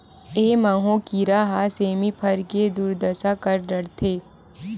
ए माहो कीरा ह सेमी फर के दुरदसा कर डरथे